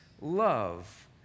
love